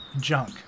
junk